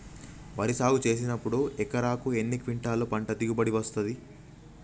వరి సాగు చేసినప్పుడు ఎకరాకు ఎన్ని క్వింటాలు పంట దిగుబడి వస్తది?